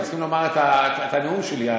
צריכים לומר את הנאום שלי,